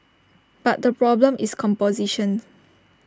but the problem is composition